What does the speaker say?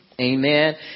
Amen